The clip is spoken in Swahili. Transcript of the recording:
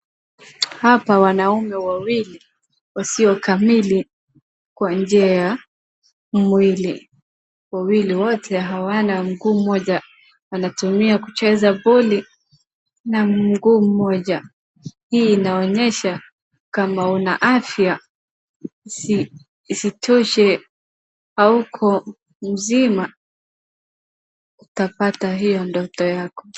Hapa wanaume wawili wasio kamili kwa njia ya mwili. Wawili wote hawana mguu moja wanatumia kucheza boli na mguu mmoja. Hii inaonyesha kama hauna afya isitoshe hauko mzima utapata hiyo ndoto yako.